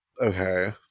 okay